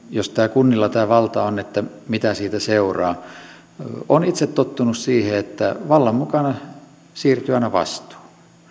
jos kunnilla tämä valta on mitä siitä seuraa olen itse tottunut siihen että vallan mukana siirtyy aina vastuu